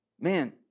Man